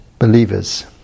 believers